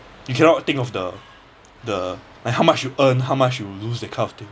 you cannot think of the the like how much you earn how much you lose that kind of thing